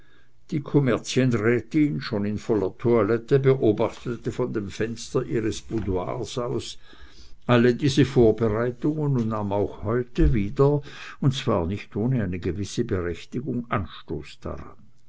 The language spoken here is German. die kommerzienrätin schon in voller toilette beobachtete von dem fenster ihres boudoirs aus all diese vorbereitungen und nahm auch heute wieder und zwar nicht ohne eine gewisse berechtigung anstoß daran